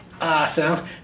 Awesome